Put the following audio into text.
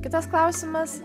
kitas klausimas